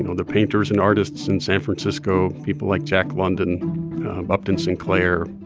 you know the painters and artists in san francisco. people like jack london and upton sinclair.